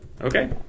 Okay